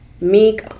Meek